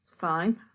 fine